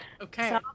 Okay